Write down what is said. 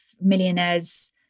millionaire's